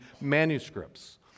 manuscripts